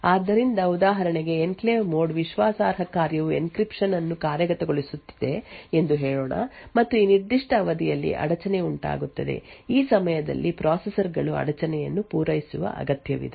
ಆದ್ದರಿಂದ ಉದಾಹರಣೆಗೆ enclave mode ವಿಶ್ವಾಸಾರ್ಹ ಕಾರ್ಯವು ಎನ್ಕ್ರಿಪ್ಶನ್ ಅನ್ನು ಕಾರ್ಯಗತಗೊಳಿಸುತ್ತಿದೆ ಎಂದು ಹೇಳೋಣ ಮತ್ತು ಈ ನಿರ್ದಿಷ್ಟ ಅವಧಿಯಲ್ಲಿ ಅಡಚಣೆ ಉಂಟಾಗುತ್ತದೆ ಈ ಸಮಯದಲ್ಲಿ ಪ್ರೊಸೆಸರ್ ಗಳು ಅಡಚಣೆಯನ್ನು ಪೂರೈಸುವ ಅಗತ್ಯವಿದೆ